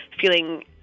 feeling